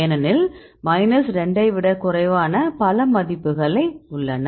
ஏனெனில் மைனஸ் 2 ஐ விடக் குறைவான பல மதிப்புகள் உள்ளன